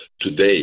today